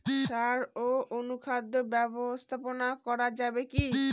সাড় ও অনুখাদ্য ব্যবস্থাপনা করা যাবে কি?